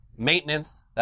maintenance